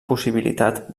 possibilitat